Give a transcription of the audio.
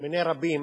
מני רבים,